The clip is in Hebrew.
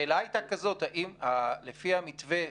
לפי המתווה,